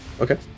Okay